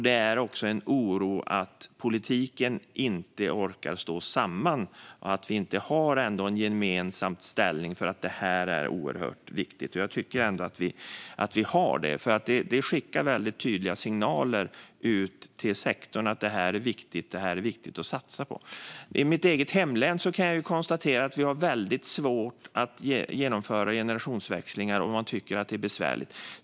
Det finns en oro för att politiken inte orkar hålla samman och att vi inte har en gemensam inställning: att detta är oerhört viktigt. Jag tycker ändå att vi har det. Det skickar ut väldigt tydliga signaler till sektorn om att det är viktigt att satsa på detta. Jag kan konstatera att man i mitt hemlän har väldigt svårt att genomföra generationsväxlingar. Man tycker att det är besvärligt.